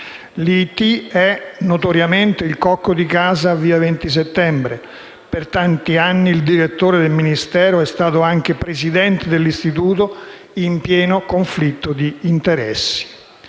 è notoriamente il cocco di casa a Via Venti Settembre: per tanti anni il direttore del Ministero è stato anche Presidente dell'istituto, in pieno conflitto di interessi.